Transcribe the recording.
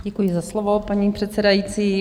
Děkuji za slovo, paní předsedající.